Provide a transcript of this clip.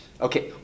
Okay